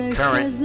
current